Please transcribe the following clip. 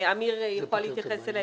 שאמיר יוכל להתייחס אליה,